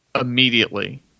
immediately